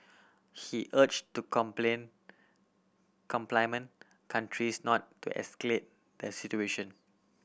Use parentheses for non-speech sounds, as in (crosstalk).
he urge to complain (unintelligible) countries not to escalate the situation